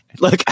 look